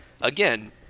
again